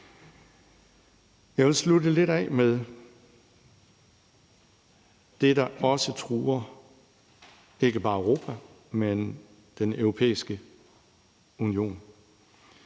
Jeg vil slutte af med det, der også truer ikke bare Europa, men Den Europæiske Union.